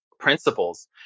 Principles